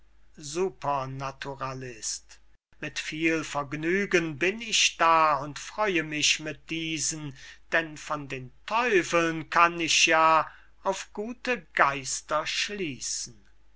füßen supernaturalist mit viel vergnügen bin ich da und freue mich mit diesen denn von den teufeln kann ich ja auf gute geister schließen